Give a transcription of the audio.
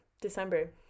December